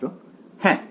ছাত্র হ্যাঁ